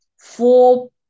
four